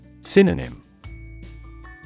Synonym